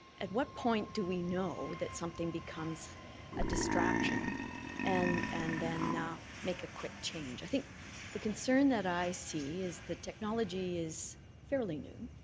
at what point do we know that something becomes a distraction and and then make a quick change? i think the concern that i see is the technology is fairly new.